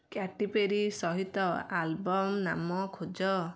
Katy Perry ସହିତ album ନାମ ଖୋଜ